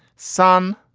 son,